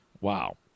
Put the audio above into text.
Wow